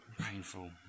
Painful